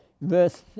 Verse